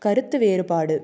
கருத்து வேறுபாடு